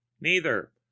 Neither